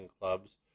clubs